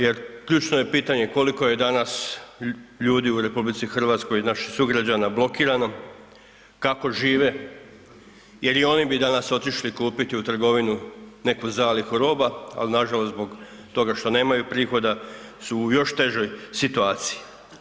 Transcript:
Jer ključno je pitanje koliko je danas ljudi u RH, naših sugrađana blokirano, kako žive, jel i oni bi danas otišli kupiti u trgovinu neku zalihu roba, al nažalost zbog toga što nemaju prihoda su još u težoj situaciji.